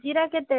ଜିରା କେତେ